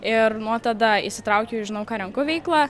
ir nuo tada įsitraukiau į žinau ką renku veiklą